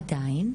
עדיין,